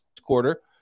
quarter